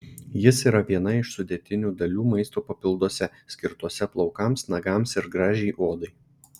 jis yra viena iš sudėtinių dalių maisto papilduose skirtuose plaukams nagams ir gražiai odai